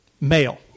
Male